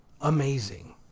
amazing